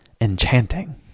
Enchanting